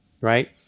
right